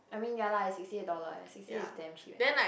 I mean ya lah is sixty eight dollar eh sixty eight is damn cheap eh